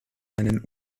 einen